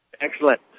Excellent